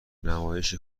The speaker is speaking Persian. نمایش